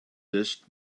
dish